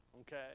Okay